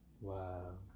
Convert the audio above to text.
Wow